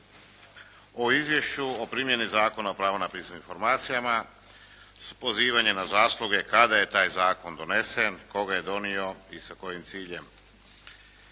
o izvješću o primjeni Zakona o pravu na pristup informacijama s pozivanjem na zasluge kada je taj zakon donesen, tko ga je donio i sa kojim ciljem.